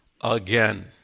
again